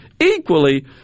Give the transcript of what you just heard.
equally